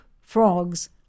frogs